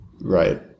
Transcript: right